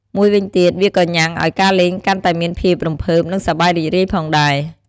មួយវិញទៀត វាក៏ញុាំងឱ្យការលេងកាន់តែមានភាពរំភើប និង សប្បាយរីករាយផងដែរ។